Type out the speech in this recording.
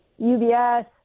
UBS